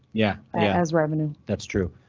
yeah, as revenue. that's true.